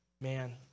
man